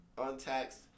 untaxed